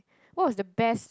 what was the best